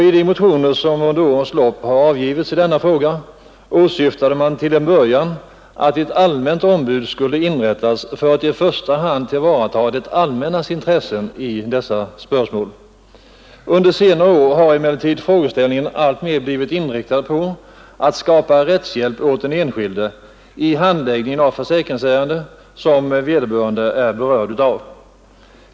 I de motioner som under årens lopp har avgivits i denna fråga åsyftade man till en början att ett allmänt ombud skulle inrättas för att i första hand tillvarata det allmännas intressen i dessa spörsmål. Under senare år har emellertid frågeställningen alltmer blivit inriktad på att skapa rättshjälp åt den enskilde i handläggningen av försäkringsärenden som vederbörande är berörd utav.